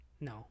No